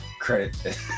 credit